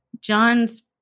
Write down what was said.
John's